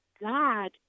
God